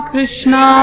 Krishna